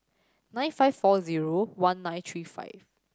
nine five four zero one nine three five